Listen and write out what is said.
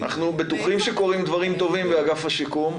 אנחנו בטוחים שקורים דברים טובים באגף השיקום,